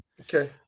Okay